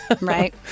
right